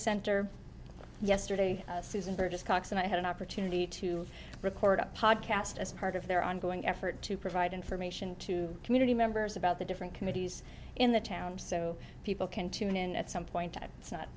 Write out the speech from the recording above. center yesterday susan burgess cox and i had an opportunity to record a podcast as part of their ongoing effort to provide information to community members about the different committees in the town so people can tune in at some point it's not